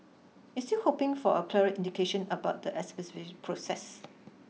it's still hoping for a clearer indication about the exemption process